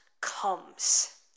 comes